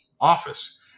office